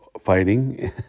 fighting